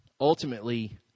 Ultimately